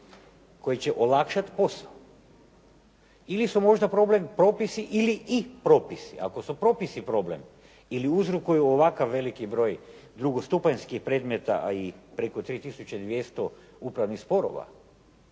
koji će olakšati posao. Ili su možda problem propisi ili i propisi. Ako su propisi problem, ili uzrokuju ovakav veliki broj drugostupanjskih predmeta, a i preko 3 tisuće 200 upravnih sporova,